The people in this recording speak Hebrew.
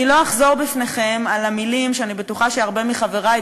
אני לא אחזור בפניכם על המילים שאני בטוחה שהרבה מחברי,